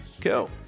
Cool